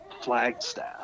Flagstaff